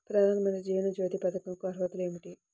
ప్రధాన మంత్రి జీవన జ్యోతి పథకంకు అర్హతలు ఏమిటి?